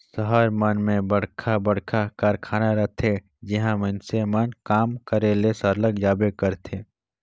सहर मन में बड़खा बड़खा कारखाना रहथे जिहां मइनसे मन काम करे ले सरलग जाबे करथे